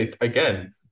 Again